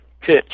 pitch